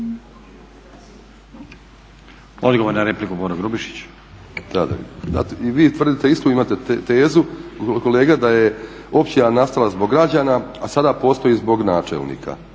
Boro Grubišić. **Grubišić, Boro (HDSSB)** I vi tvrditi i istu imate tezu kolega da je općina nastala zbog građana, a sada postoji zbog načelnika,